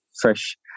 fresh